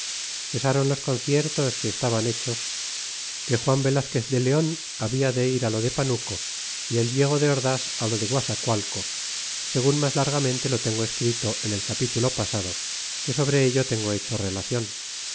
cesaron los conciertos que estaban hechos que juan velazquez de leon habia de ir lo de panuco y el diego de ordas lo de guazacualco segun mas largamente lo tengo escrito en el capitulo pasado que sobre ello tengo hecho relacion